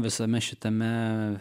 visame šitame